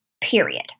period